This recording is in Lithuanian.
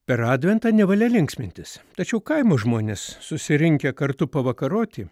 per adventą nevalia linksmintis tačiau kaimo žmonės susirinkę kartu pavakaroti